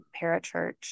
parachurch